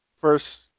First